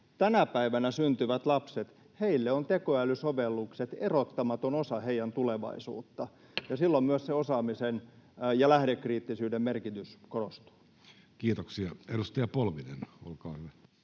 Tänä päivänä syntyville lapsille tekoälysovellukset ovat erottamaton osa heidän tulevaisuuttaan, ja silloin myös se osaamisen ja lähdekriittisyyden merkitys korostuu. Kiitoksia. — Edustaja Polvinen, olkaa hyvä.